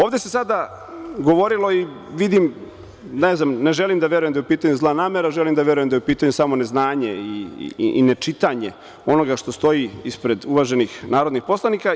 Ovde se sada govorilo vidim, ne znam, ne želim da verujem da je u pitanju zla namera, želim da verujem da je u pitanju samo neznanje i nečitanje onoga što stoji ispred uvaženih narodnih poslanika.